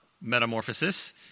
Metamorphosis